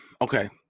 Okay